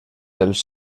dels